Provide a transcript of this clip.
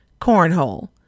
cornhole